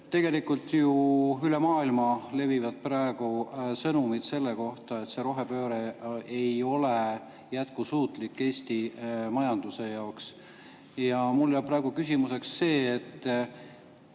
Tegelikult ju üle maailma levivad praegu sõnumid selle kohta, et see rohepööre ei ole jätkusuutlik. [Ei ole ka] Eesti majanduse jaoks. Mul jääb praegu küsimuseks see, mida